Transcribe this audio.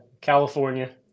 California